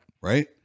right